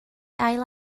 ail